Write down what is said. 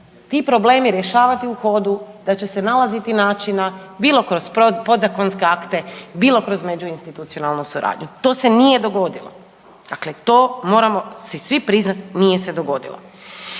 ti problemi rješavati u hodu, da će se nalaziti načina bilo kroz podzakonske akte, bilo kroz međuinstitucionalnu suradnju. To se nije dogodilo. Dakle, to moramo si svi priznati nije se dogodilo.